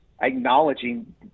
acknowledging